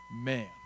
Man